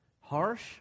Harsh